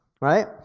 right